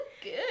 good